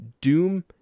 Doom